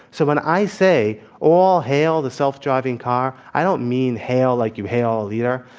so, when i say all hail the self-driving car, i don't mean hail like you hail a leader,